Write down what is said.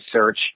search